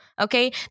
Okay